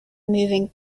moving